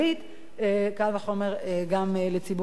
קל וחומר גם לציבור הסטודנטים.